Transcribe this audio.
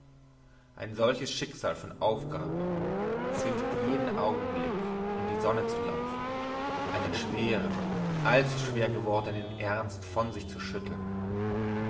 ein solches schicksal von aufgabe zwingt jeden augenblick in die sonne zu laufen einen schweren allzuschwer gewordnen ernst von sich zu schütteln